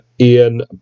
Ian